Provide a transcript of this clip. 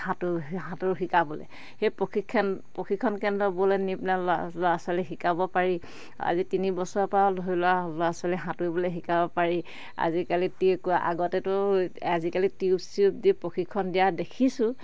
সাঁতোৰ সাঁতোৰ শিকাবলে সেই প্ৰশিক্ষণ প্ৰশিক্ষণ কেন্দ্ৰ ল'ৰা ল'ৰা ছোৱালী শিকাব পাৰি আজি তিনিবছৰ পৰা ধৰি লোৱা ল'ৰা ছোৱালী সাঁতুৰিবলে শিকাব পাৰি আজিকালি আগতেতো আজিকালি টিউব চিউব দি প্ৰশিক্ষণ দিয়া দেখিছোঁ